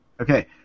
Okay